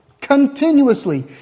Continuously